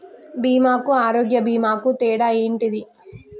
బీమా కు ఆరోగ్య బీమా కు తేడా ఏంటిది?